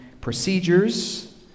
procedures